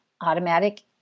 automatic